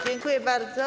Dziękuję bardzo.